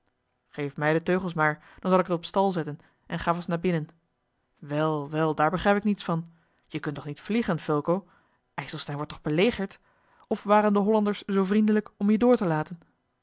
geef mij de teugels maar dan zal ik het op stal zetten en ga vast naar binnen wel wel daar begrijp ik niets van je kunt toch niet vliegen fulco ijselstein wordt toch belegerd of waren de hollanders zoo vriendelijk om je door te laten